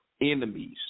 enemies